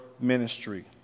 ministry